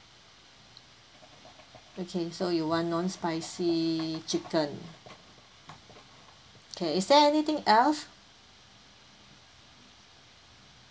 okay so you want non spicy chicken okay is there anything else